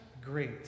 great